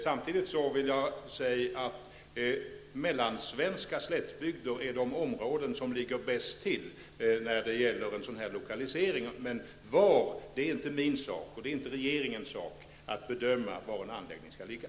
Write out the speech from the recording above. Samtidigt vill jag säga att mellansvenska slättbygder är de områden som ligger bäst till när det gäller en sådan här lokalisering, men det är inte min och regeringens sak att bedöma var en anläggning skall ligga.